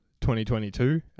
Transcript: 2022